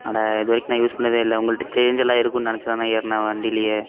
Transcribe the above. அட இது வரைக்கும் நான் யூஸ் பண்ணது இல்லை உங்கள்கிட்ட சேஞ்ச் எல்லாம் இருக்கும் நினைச்சி தான் நான் ஏறுன வண்டிலேயே